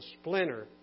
splinter